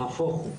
נהפוך הוא.